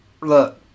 look